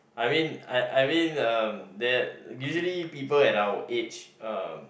I mean I I mean uh that usually people at our age uh